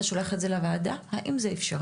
אתה שולח את זה לוועדה, האם זה אפשרי?